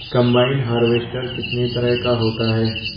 Combine harvester कितने तरह का होता है?